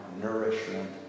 nourishment